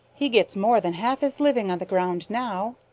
he gets more than half his living on the ground now.